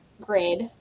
grid